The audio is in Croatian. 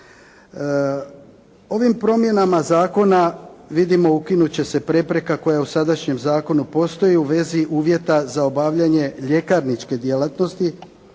Ovim promjenama zakona vidimo ukinut će se prepreka koja u sadašnjem zakonu postoji u vezi uvjeta za obavljanje ljekarničke djelatnosti